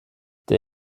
der